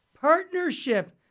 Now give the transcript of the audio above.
partnership